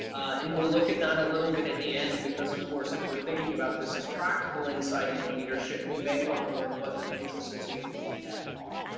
and we'll look at that a little bit at the end because of course if we're thinking about this as practical insight into leadership, we may want to learn what the things associated with death are.